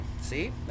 See